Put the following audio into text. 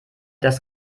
das